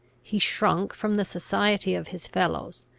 he shrunk from the society of his fellows,